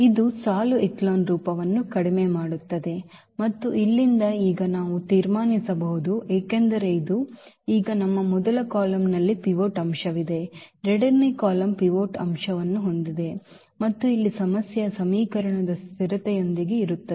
ಇದು ಸಾಲು ಎಚೆಲಾನ್ ರೂಪವನ್ನು ಕಡಿಮೆ ಮಾಡುತ್ತದೆ ಮತ್ತು ಇಲ್ಲಿಂದ ಈಗ ನಾವು ತೀರ್ಮಾನಿಸಬಹುದು ಏಕೆಂದರೆ ಇದು ಈಗ ನಮ್ಮ ಮೊದಲ ಕಾಲಮ್ನಲ್ಲಿ ಪಿವೋಟ್ ಅಂಶವಿದೆ ಎರಡನೇ ಕಾಲಮ್ ಪಿವೋಟ್ ಅಂಶವನ್ನು ಹೊಂದಿದೆ ಮತ್ತು ಇಲ್ಲಿ ಸಮಸ್ಯೆಯು ಸಮೀಕರಣದ ಸ್ಥಿರತೆಯೊಂದಿಗೆ ಇರುತ್ತದೆ